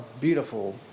beautiful